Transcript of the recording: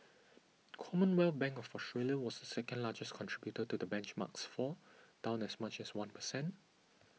Commonwealth Bank of Australia was second largest contributor to the benchmark's fall down as much as one percent